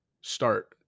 start